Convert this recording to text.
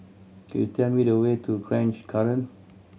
could you tell me the way to Grange Garden